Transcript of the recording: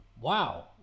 Wow